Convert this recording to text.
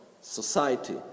society